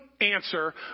Answer